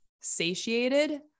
satiated